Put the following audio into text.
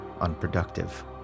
unproductive